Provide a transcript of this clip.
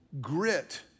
Grit